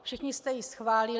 Všichni jste ji schválili.